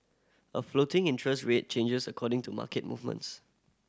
a floating interest rate changes according to market movements